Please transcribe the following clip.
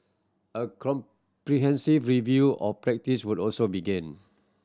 a comprehensive review of practice would also begin